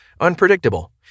Unpredictable